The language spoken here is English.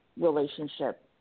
relationship